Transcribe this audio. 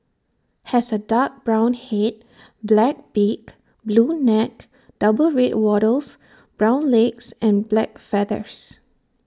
has A dark brown Head black beak blue neck double red wattles brown legs and black feathers